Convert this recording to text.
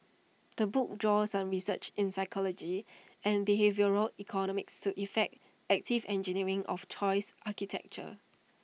the book draws on research in psychology and behavioural economics to effect active engineering of choice architecture